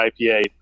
IPA